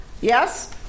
yes